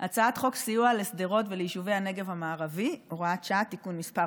הצעת חוק סיוע לשדרות וליישובי הנגב המערבי (הוראת שעה) (תיקון מס'